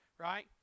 Right